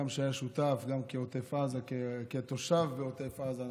שהיה שותף גם כתושב בעוטף עזה,